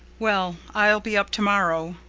well, i'll be up tomorrow.